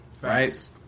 right